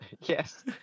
Yes